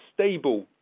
stable